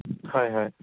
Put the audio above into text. হয় হয়